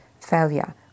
failure